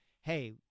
hey